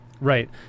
Right